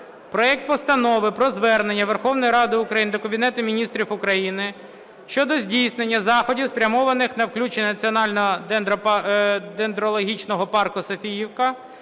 проект Постанови про Звернення Верховної Ради України до Кабінету Міністрів України щодо здійснення заходів, спрямованих на включення Національного дендрологічного парку "Софіївка"